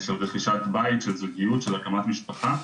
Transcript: רכישת בית, של זוגיות, של הקמת משפחה.